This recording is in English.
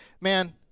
man